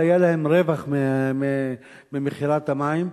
והיה להן רווח ממכירת המים.